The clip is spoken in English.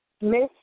Miss